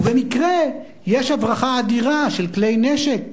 ובמקרה יש הברחה אדירה של כלי נשק במנהרות,